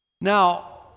Now